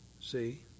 see